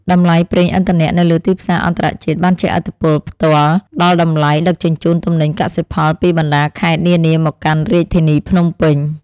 តម្លៃប្រេងឥន្ធនៈនៅលើទីផ្សារអន្តរជាតិបានជះឥទ្ធិពលផ្ទាល់ដល់តម្លៃដឹកជញ្ជូនទំនិញកសិផលពីបណ្តាខេត្តនានាមកកាន់រាជធានីភ្នំពេញ។